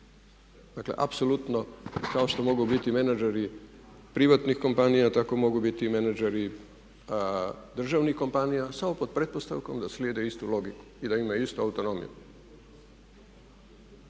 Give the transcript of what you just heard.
Dakle apsolutno kao što mogu biti menadžeri, tako mogu biti i menadžeri državnih kompanija samo pod pretpostavkom da slijede istu logiku i da imaju istu autonomiju.